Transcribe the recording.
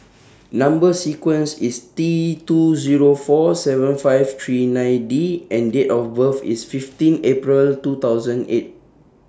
Number sequence IS T two Zero four seven five three nine D and Date of birth IS fifteen April two thousand and eight